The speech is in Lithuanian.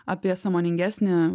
apie sąmoningesnį